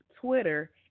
Twitter